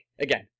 again